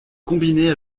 combinée